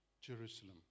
Jerusalem